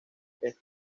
esta